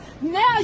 now